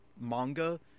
manga